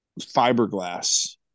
fiberglass